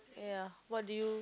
ya what do you